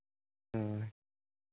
ᱦᱳᱭ